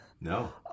no